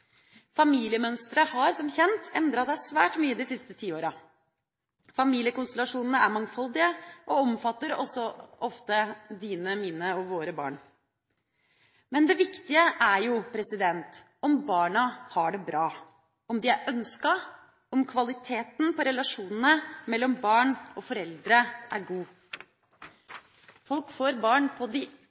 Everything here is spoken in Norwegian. Familiemønsteret har, som kjent, endret seg svært mye de siste tiårene. Familiekonstellasjonene er mangfoldige og omfatter ofte dine, mine og våre barn. Men det viktige er jo at barna har det bra, at de er ønsket, at kvaliteten på relasjonene mellom barn og foreldre er god. Folk får barn på de